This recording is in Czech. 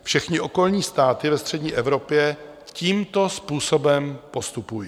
Všechny okolní státy ve střední Evropě tímto způsobem postupují.